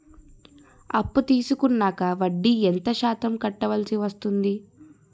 అప్పు తీసుకున్నాక వడ్డీ ఎంత శాతం కట్టవల్సి వస్తుంది?